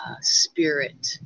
spirit